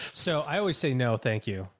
so i always say, no, thank you.